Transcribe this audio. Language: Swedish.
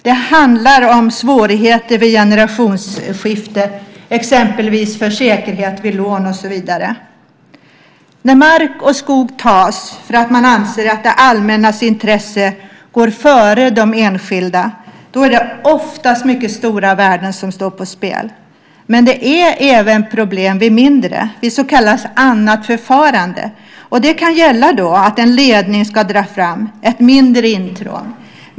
Det handlar om svårigheter vid generationsskifte, exempelvis vid säkerhet för lån. När mark och skog tas för att man anser att det allmännas intresse går före den enskilde då är det oftast mycket stora värden som står på spel. Men det är även problem vid så kallat annat förfarande. Det kan gälla att en ledning ska dras fram, ett mindre intrång.